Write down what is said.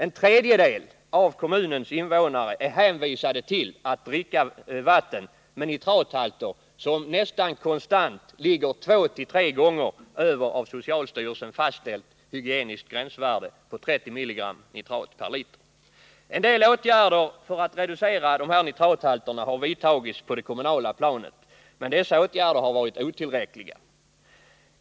En tredjedel av kommunens invånare är hänvisade till att dricka vatten med nitrathalter, som nästan konstant har en nivå av två till tre gånger det av socialstyrelsen fastställda hygieniska gränsvärdet på 30 mg per liter. En del åtgärder för att reducera nitrathalterna har vidtagits på det kommunala planet, men de har varit otillräckliga.